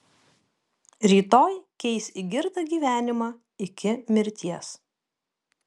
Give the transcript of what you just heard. rytoj keis į girtą gyvenimą iki mirties